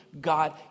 God